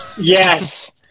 Yes